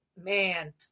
man